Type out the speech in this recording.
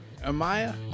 Amaya